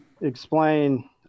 explain